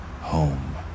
home